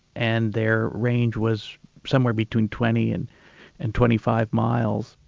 and their range was somewhere between twenty and and twenty five miles,